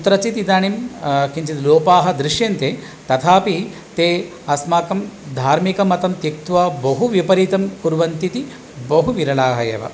कुत्र चित् इदानीं किञ्चित् लोपाः दृश्यन्ते तथापि ते अस्माकं धार्मिकं मतं त्यक्त्वा बहु विपरीतं कुर्वन्तीति बहु विरलाः एव